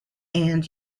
and